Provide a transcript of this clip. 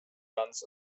ganz